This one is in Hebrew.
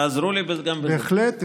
תעזרו לי גם בזה.